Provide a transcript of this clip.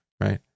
Right